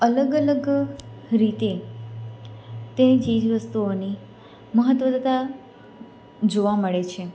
અલગ અલગ રીતે તે ચીજવસ્તુઓની મહત્ત્વતા જોવા મળે છે